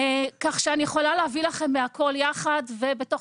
כך שאני יכולה להביא לכם מהכול יחד ובתוך